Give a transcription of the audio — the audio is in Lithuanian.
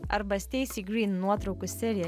arba steisi gryn nuotraukų serija